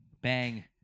Bang